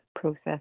process